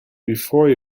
before